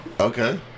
Okay